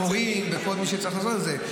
המורים וכל מי שצריך לעשות את זה.